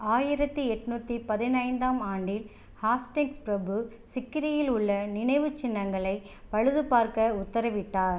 ஆயிரத்தி எண்நூத்தி பதினைந்தாம் ஆண்டில் ஹாஸ்டிங்ஸ் பிரபு சிக்ரியில் உள்ள நினைவுச் சின்னங்களைப் பழுதுபார்க்க உத்தரவிட்டார்